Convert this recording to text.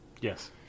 Yes